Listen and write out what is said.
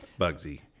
Bugsy